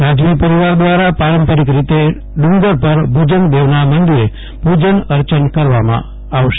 રાજવી પરિવાર દ્વારા પારંપરિક રીતે ડુંગર પર ભુંજગ દેવના મંદિરે પુજન અર્ચન કરવામાં આવશે